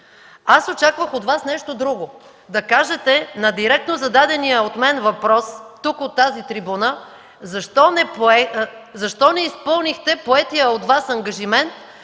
Аз очаквах от Вас нещо друго – да отговорите на директно зададения от мен въпрос от тази трибуна: защо не изпълнихте поетия от Вас ангажимент